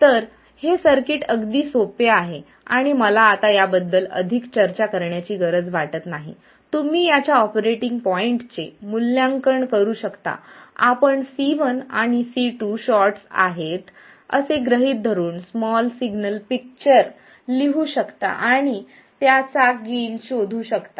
तर हे सर्किट अगदी सोपे आहे आणि मला आता याबद्दल अधिक चर्चा करण्याची गरज वाटत नाही तुम्ही याच्या ऑपरेटिंग पॉईंटचे मूल्यांकन करू शकता आपण C1 आणि C2 शॉर्ट्स आहेत असे गृहीत धरून स्मॉल सिग्नल पिक्चर लिहू शकता आणि त्याचा गेन शोधू शकता